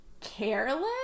careless